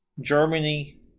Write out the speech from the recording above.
germany